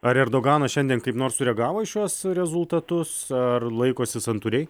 ar erdoganas šiandien kaip nors sureagavo į šiuos rezultatus ar laikosi santūriai